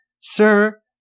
Sir